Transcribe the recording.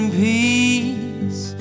peace